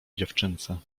dziewczynce